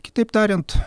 kitaip tariant